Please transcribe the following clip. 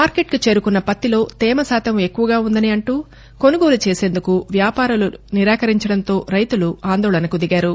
మార్కెట్కు చేరుకున్న పత్తిలో తేమశాతం ఎక్కువగా ఉందని అంటూ కొనుగోలు చేసేందుకు వ్యాపారులు నిరాకరించడంతో రైతులు ఆందోళనకు దిగారు